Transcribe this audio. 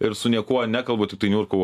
ir su niekuo nekalbu tiktai niurkau